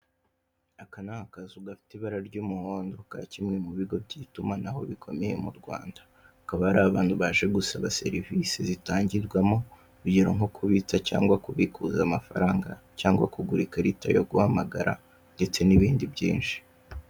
Aka ni akazu gafite ibara ry'umuhondo, ka kimwe mu bigo by'itumanaho bikomeye mu Rwanda. Hakaba hari abantu baje gusaba serivise zitangirwamo, urugero nko kubitsa cyangwa kubikuza amafaranga, cyangwa kugura ikarita yo guhamagara, ndetse n'ibindi byinshi.